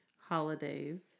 holidays